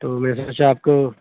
تو میں سوچا آپ کو